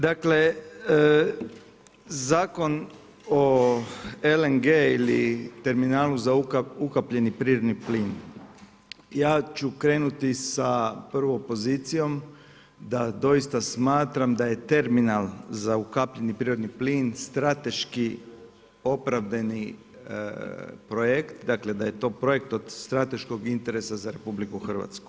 Dakle, Zakon o LNG ili terminalu za u kupljeni prirodni plin ja ću krenuti sa prvom pozicijom, da doista smatram da je terminal za ukapljeni prirodni plin, strateški opravdani projekt, dakle, da je to projekt od strateškog interesa za RH.